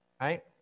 Right